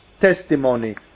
testimony